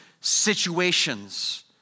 situations